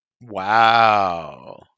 Wow